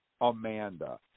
Amanda